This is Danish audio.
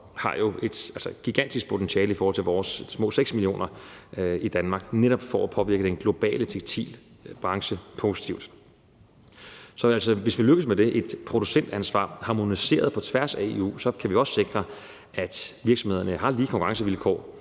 har jo et gigantisk potentiale i forhold til vores små 6 millioner i Danmark for netop at påvirke den globale tekstilbranche positivt. Så hvis vi lykkes med et harmoniseret producentansvar på tværs af EU, kan vi også sikre, at virksomhederne har lige konkurrencevilkår,